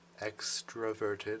extroverted